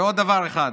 ועוד דבר אחד.